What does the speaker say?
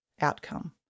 outcome